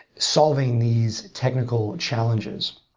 solving these technical challenges.